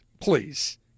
Please